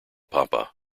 papa